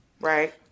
Right